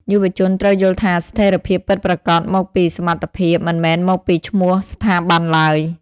យុវជនត្រូវយល់ថា ស្ថិរភាពពិតប្រាកដមកពី សមត្ថភាព មិនមែនមកពីឈ្មោះស្ថាប័នឡើយ។